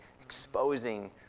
exposing